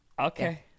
Okay